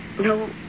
No